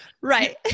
right